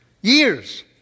years